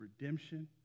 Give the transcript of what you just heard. redemption